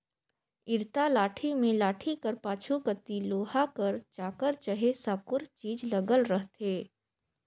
इरता लाठी मे लाठी कर पाछू कती लोहा कर चाकर चहे साकुर चीज लगल रहथे